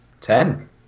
Ten